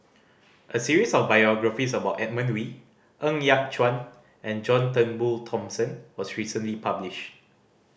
a series of biographies about Edmund Wee Ng Yat Chuan and John Turnbull Thomson was recently published